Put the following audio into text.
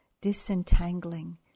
disentangling